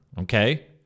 okay